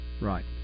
right